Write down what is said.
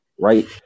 Right